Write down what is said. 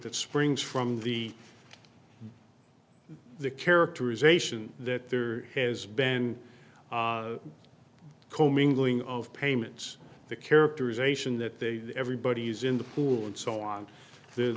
that springs from the the characterization that there has been comingling of payments the characterization that they everybody's in the pool and so on the